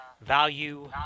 value